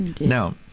Now